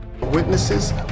Witnesses